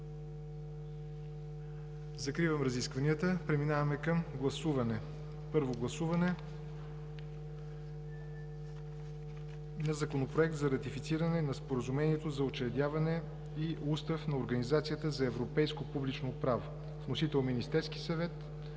Закривам разискванията. Преминаваме към гласуване. Подлагам на първо гласуване Законопроекта за ратифициране на Споразумението за учредяване и Устав на Организацията за европейско публично право. Вносител е Министерския съвет